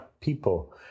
people